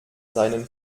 seinen